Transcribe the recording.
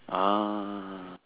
ah